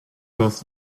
both